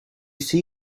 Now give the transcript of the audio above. see